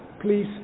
Please